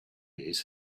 his